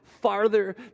farther